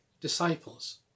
disciples